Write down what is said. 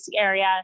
area